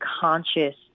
conscious